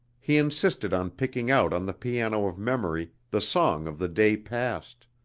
he insisted on picking out on the piano of memory the song of the day passed,